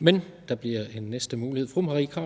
Kl. 16:48 Tredje næstformand (Jens